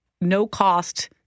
no-cost